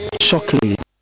chocolate